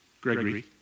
Gregory